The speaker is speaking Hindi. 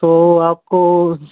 तो आपको